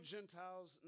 Gentiles